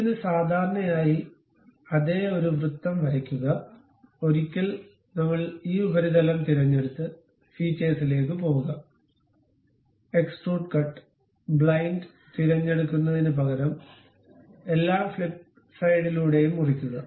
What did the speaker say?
ഇതിന് സാധാരണമായി അതേ ഒരു വൃത്തം വരയ്ക്കുക ഒരിക്കൽ ഞങ്ങൾ ഈ ഉപരിതലം തിരഞ്ഞെടുത്ത് ഫീച്ചേഴ്സിലേക്ക് പോകുക എക്സ്ട്രൂഡ് കട്ട് ബ്ലൈൻഡ് തിരഞ്ഞെടുക്കുന്നതിന് പകരം എല്ലാ ഫ്ലിപ്പ് സൈഡിലൂടെയും മുറിക്കുക